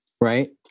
right